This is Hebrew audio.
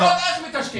ועוד איך מקשקש.